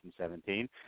2017